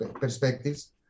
perspectives